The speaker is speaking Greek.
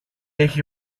έχει